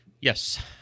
Yes